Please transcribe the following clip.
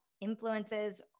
influences